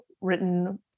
written